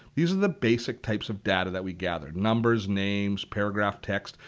these are the basic types of data that we gather numbers, names, paragraphs, text.